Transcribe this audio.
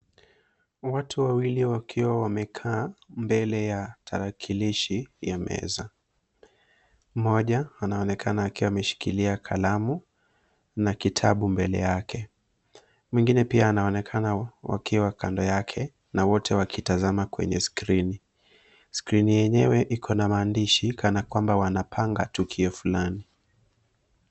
Watu wawili wakiwa wamekaa mbele ya tarakilishi ya meza, mmoja anaonekana akiwa ameshikilia kalamu na kitabu mbele yake. Mwingine pia anaonekana wakiwa kando yake na wote wakitazama kwenye skrini. Skrini yenyewe ikona maandishi kana kwamba wanapanga tukio fulani.